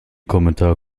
kommentar